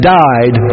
died